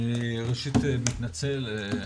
אני ראשית מתנצל,